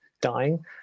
dying